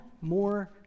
more